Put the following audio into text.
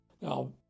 Now